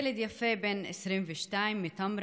ילד יפה בן 22 מטמרה.